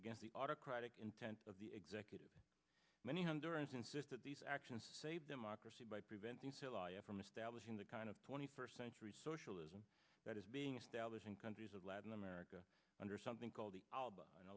against the autocratic intent of the executive many hundreds insist that these actions save democracy by preventing from establishing the kind of twenty first century socialism that is being established in countries of latin america under something called the alb